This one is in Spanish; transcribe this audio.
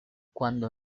cuando